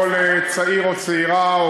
כל צעיר או צעירה,